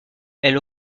elle